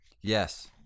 Yes